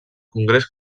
congrés